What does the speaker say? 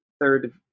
third